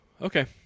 Okay